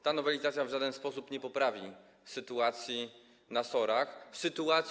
Ta nowelizacja w żaden sposób nie poprawi sytuacji na SOR-ach.